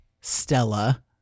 Stella